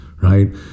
right